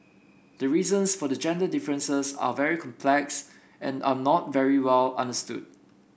the reasons for the gender differences are very complex and are not very well understood